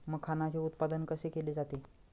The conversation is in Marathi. मखाणाचे उत्पादन कसे केले जाते?